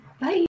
Bye